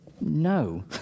No